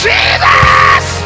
Jesus